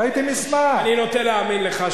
אני נוטה להאמין לך,